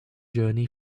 journey